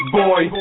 boy